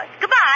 Goodbye